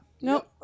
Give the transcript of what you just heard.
Nope